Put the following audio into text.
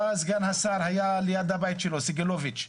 סגן השר סגלוביץ' היה ליד הבית שלו.